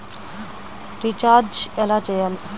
Recharge ఎలా చెయ్యాలి?